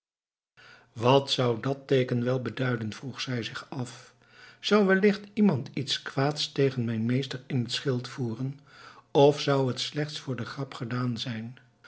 wat zou dat teeken wel beduiden vroeg zij zich af zou wellicht iemand iets kwaads tegen mijn meester in t schild voeren of zou het slechts voor de grap gedaan zijn